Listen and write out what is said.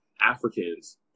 Africans